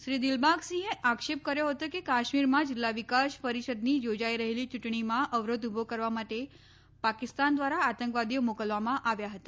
શ્રી દિલબાગસિંહે આક્ષેપ કર્યો હતો કે કાશ્મીરમાં જિલ્લા વિકાસ પરિષદની યોજાઈ રહેલી યૂંટણીમાં અવરોધ ઉભો કરવા માટે પાકિસ્તાન દ્વારા આતંકવાદીઓ મોકલવામાં આવ્યા હતા